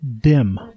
dim